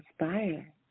inspire